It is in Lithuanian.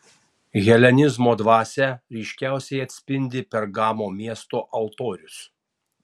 helenizmo dvasią ryškiausiai atspindi pergamo miesto altorius